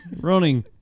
Running